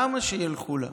למה שילכו לה?